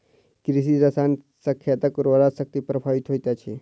कृषि रसायन सॅ खेतक उर्वरा शक्ति प्रभावित होइत अछि